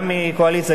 גם מהקואליציה,